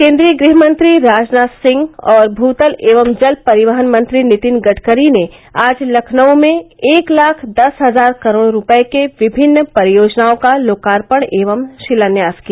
केन्द्रीय गृहमंत्री राजनाथ सिंह और भूतल एवं जल परिवहन मंत्री नितिन गडकरी ने आज लखनऊ में एक लाख दस हजार करोड़ रूपये के विभिन्न परियोजनाओं का लोकार्पण एवं शिलान्यास किया